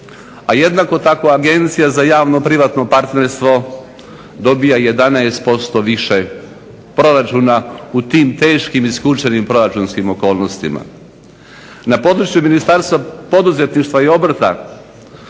a jednako tako Agencija ja javno-privatno partnerstvo dobija 11% više proračuna u tim teškim i skučenim proračunskim okolnostima. Na području ministarstva poduzetništva i obrta